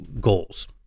goals